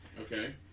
Okay